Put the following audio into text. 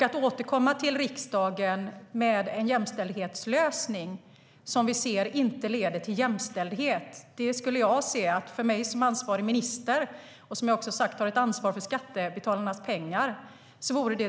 Att återkomma till riksdagen med en jämställdhetslösning som vi ser inte leder till jämställdhet vore av mig som ansvarig minister direkt oansvarigt för som jag sagt har jag också ett ansvar för skattebetalarnas pengar.